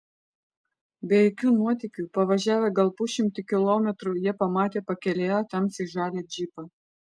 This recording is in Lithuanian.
be jokių nuotykių pavažiavę gal pusšimtį kilometrų jie pamatė pakelėje tamsiai žalią džipą